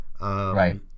Right